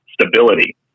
stability